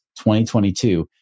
2022